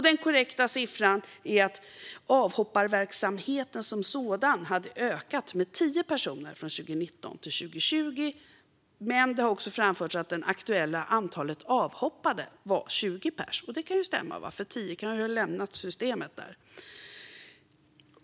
Den korrekta siffran är att avhopparverksamheten som sådan hade ökat med 10 personer från 2019 till 2020, men det har också framförts att det aktuella antalet avhoppade var 20 personer. Det kan stämma; 10 kan ju ha lämnat systemet.